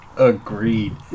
Agreed